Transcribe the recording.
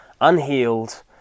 unhealed